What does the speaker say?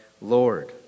Lord